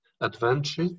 Advantage